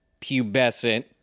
pubescent